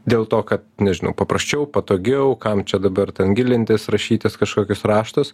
dėl to kad nežinau paprasčiau patogiau kam čia dabar ten gilintis rašytis kažkokius raštus